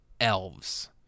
Elves